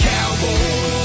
Cowboys